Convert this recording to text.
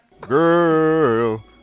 Girl